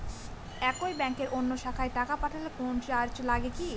একই ব্যাংকের অন্য শাখায় টাকা পাঠালে কোন চার্জ লাগে কি?